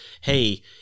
hey